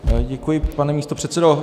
Děkuji, pane místopředsedo.